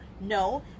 no